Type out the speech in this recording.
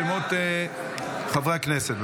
אבקש לקרוא בשמות חברי הכנסת.